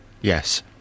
Yes